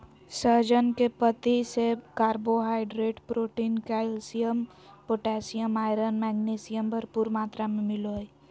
सहजन के पत्ती से carbohydrate, protein, calcium, potassium, iron, magnesium, भरपूर मात्रा में मिलो हइ